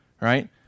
right